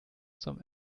some